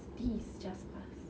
D is just pass